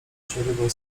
przerywał